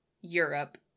Europe